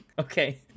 Okay